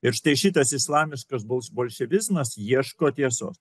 ir štai šitas islamiškas bol bolševizmas ieško tiesos